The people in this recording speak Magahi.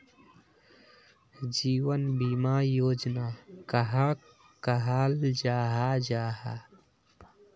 जीवन बीमा योजना कहाक कहाल जाहा जाहा?